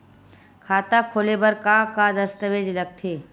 खाता खोले बर का का दस्तावेज लगथे?